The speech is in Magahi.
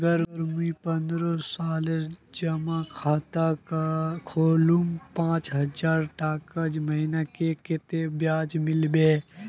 अगर मुई पन्द्रोह सालेर जमा खाता खोलूम पाँच हजारटका महीना ते कतेक ब्याज मिलबे?